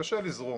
קשה לזרום.